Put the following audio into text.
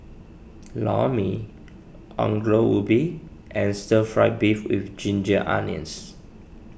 Lor Mee Ongol Ubi and Stir Fry Beef with Ginger Onions